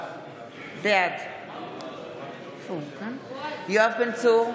בעד יואב בן צור,